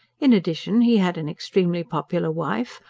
in addition, he had an extremely popular wife,